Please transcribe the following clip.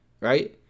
right